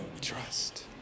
Trust